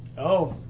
oh,